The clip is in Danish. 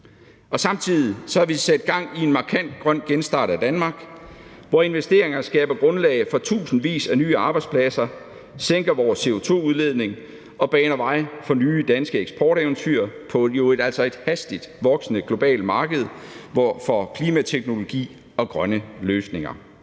Samtidig har vi sat gang i en markant grøn genstart af Danmark, hvor investeringer skaber grundlag for tusindvis af nye arbejdspladser, sænker vores CO2-udledning og baner vejen for nye danske eksporteventyr på et hastigt voksende globalt marked for klimateknologi og grønne løsninger.